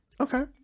Okay